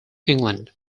england